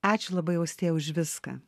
ačiū labai austėja už viską